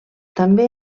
també